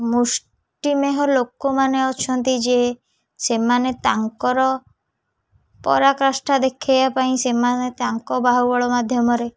ମୁଷ୍ଟିମେହ ଲୋକମାନେ ଅଛନ୍ତି ଯେ ସେମାନେ ତାଙ୍କର ପରକୃଷ୍ଠା ଦେଖେଇବା ପାଇଁ ସେମାନେ ତାଙ୍କ ବାହୁବଳ ମାଧ୍ୟମରେ